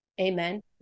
Amen